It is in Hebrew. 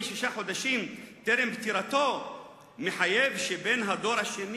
שישה חודשים טרם פטירתו מחייב שבן הדור השני,